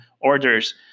orders